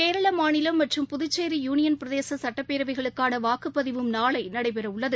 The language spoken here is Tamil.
கேரள மாநிலம் மற்றம் புதுச்சேரி யூளியன் பிரதேச சுட்டப்பேரவைகளுக்கான வாக்குப்பதிவும் நாளை நடைபெற உள்ளது